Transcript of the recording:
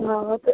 हँ